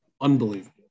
unbelievable